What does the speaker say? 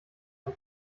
vom